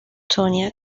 tonya